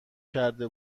کرده